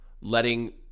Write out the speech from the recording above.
letting